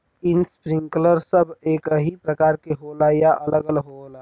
Sprinkler सब एकही प्रकार के होला या अलग अलग होला?